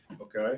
Okay